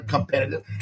Competitive